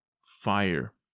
fire